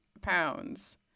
pounds